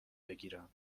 بگیرم